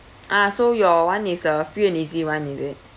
ah so your one is a free and easy one is it